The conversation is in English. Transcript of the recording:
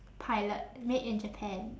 pilot made in japan